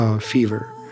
Fever